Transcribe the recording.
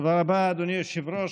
תודה רבה, אדוני היושב-ראש.